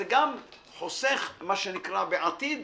זה גם חוסך בעתיד